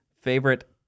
favorite